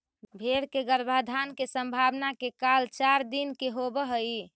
भेंड़ के गर्भाधान के संभावना के काल चार दिन के होवऽ हइ